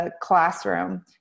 classroom